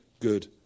good